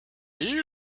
you